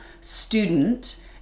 student